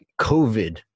covid